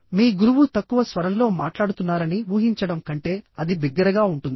మీ గురువు తక్కువ స్వరంలో మాట్లాడుతున్నారని ఊహించడం కంటే అది బిగ్గరగా ఉంటుంది